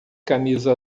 camisa